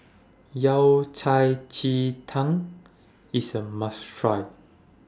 Yao Cai Ji Tang IS A must Try